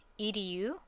Edu